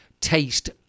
taste